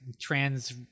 trans